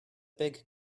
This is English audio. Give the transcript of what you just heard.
big